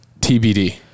TBD